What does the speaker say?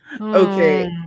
Okay